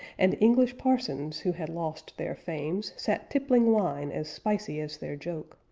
and english parsons, who had lost their fames, sat tippling wine as spicy as their joke,